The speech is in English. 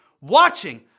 watching